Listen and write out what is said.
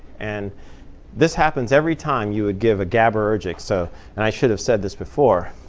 and this happens every time you would give a gabaergic. so and i should have said this before,